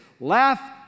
laugh